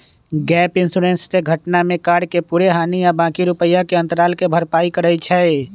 gap insurance से घटना में कार के पूरे हानि आ बाँकी रुपैया के अंतराल के भरपाई करइ छै